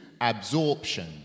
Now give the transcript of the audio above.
absorption